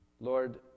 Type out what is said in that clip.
Lord